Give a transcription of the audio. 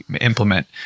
implement